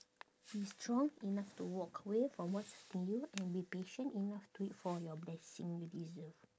be strong enough to walk away from what's hurting you and be patient enough to wait for your blessing you deserve